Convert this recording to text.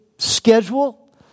schedule